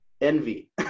envy